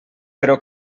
però